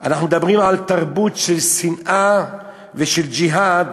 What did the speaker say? אנחנו מדברים על תרבות של שנאה ושל ג'יהאד